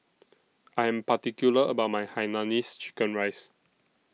I Am particular about My Hainanese Chicken Rice